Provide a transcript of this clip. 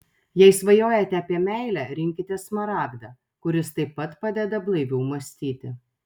jei svajojate apie meilę rinkitės smaragdą kuris taip pat padeda blaiviau mąstyti